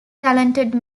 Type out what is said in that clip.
talented